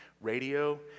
radio